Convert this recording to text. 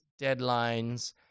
deadlines